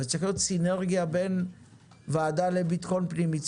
אבל צריך להיות סינרגיה בין הוועדה לבטחון פנים,